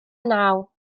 naw